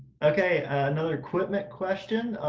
okay, another equipment question.